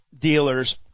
dealers